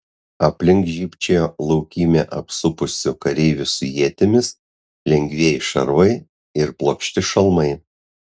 aplink žybčiojo laukymę apsupusių kareivių su ietimis lengvieji šarvai ir plokšti šalmai